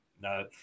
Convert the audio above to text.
No